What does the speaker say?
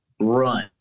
run